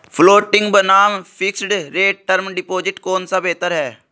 Floating बनाम fixed rate term deposit कौन सा बेहतर है?